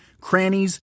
crannies